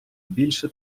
більше